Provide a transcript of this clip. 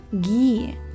ghee